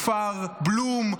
כפר בלום,